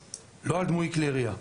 ולא על דמוי כלי ירייה.